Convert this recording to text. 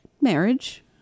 marriage